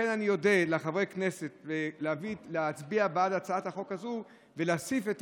לכן אני אודה לחברי הכנסת אם יצביעו בעד הצעת החוק הזאת ויוסיפו את